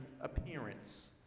appearance